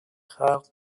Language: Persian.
خلق